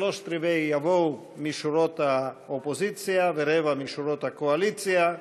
שלושה-רבעים יבואו משורות האופוזיציה ורבע משורות הקואליציה.